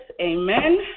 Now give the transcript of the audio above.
amen